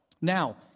Now